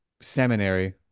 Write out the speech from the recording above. seminary